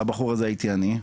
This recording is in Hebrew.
הבחור הזה הייתי אני.